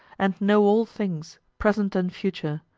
and know all things, present and future.